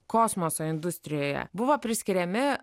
kosmoso industrijoje buvo priskiriami